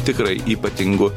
tikrai ypatingu